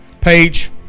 page